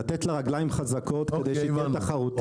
לתת לה רגליים חזקות כדי שהיא תהיה תחרותית.